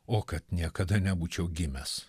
o kad niekada nebūčiau gimęs